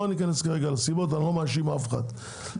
לא ניכנס כרגע לסיבות, אני לא מאשים אף אחד.